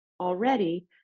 already